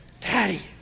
daddy